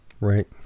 Right